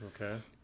Okay